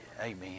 amen